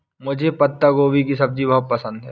मुझे पत्ता गोभी की सब्जी बहुत पसंद है